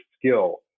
skill